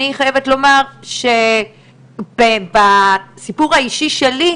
אני חייבת לומר שבסיפור האישי שלי,